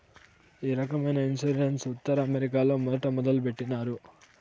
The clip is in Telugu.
ఈ రకమైన ఇన్సూరెన్స్ ఉత్తర అమెరికాలో మొదట మొదలుపెట్టినారు